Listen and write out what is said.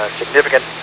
significant